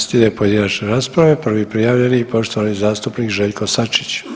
Slijede pojedinačne rasprave, prvi prijavljeni poštovani zastupnik Željko Sačić.